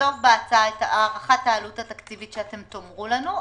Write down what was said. נכתוב בהצעה את הערכת העלות התקציבית שתאמרו לנו,